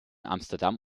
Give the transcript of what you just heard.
amsterdam